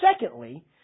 secondly